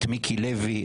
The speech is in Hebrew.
את מיקי לוי,